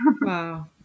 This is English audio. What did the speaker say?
Wow